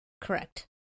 correct